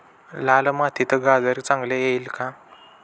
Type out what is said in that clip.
लाल मातीत गाजर चांगले येईल का?